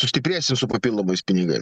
sustiprėsim su papildomais pinigais